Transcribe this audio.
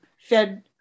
fed